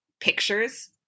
pictures